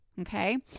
Okay